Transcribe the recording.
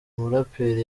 muraperi